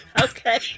Okay